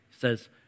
says